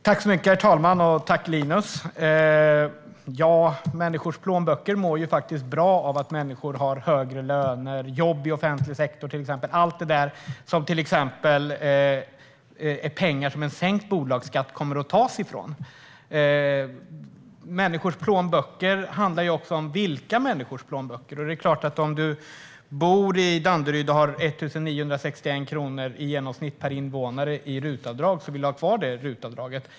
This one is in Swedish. Herr talman! Människors plånböcker mår faktiskt bra av att människor har högre löner och jobb i till exempel offentlig sektor. Pengar kommer att tas från detta för en sänkning av bolagsskatten. När det gäller människors plånböcker handlar det om vilka människors plånböcker det är fråga om. Det är klart att om man bor i Danderyd, där man har 1 961 kronor i genomsnitt per invånare i RUT-avdrag, vill man ha kvar detta RUT-avdrag.